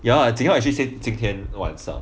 ya jing hao actually said 今天晚上